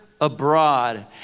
abroad